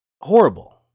Horrible